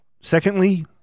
Secondly